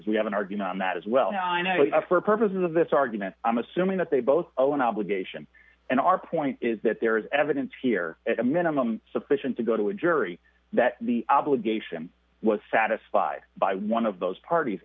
if we have an argument on that as well now i know for purposes of this argument i'm assuming that they both own obligation and our point is that there is evidence here at a minimum sufficient to go to a jury that the obligation was satisfied by one of those parties